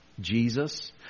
Jesus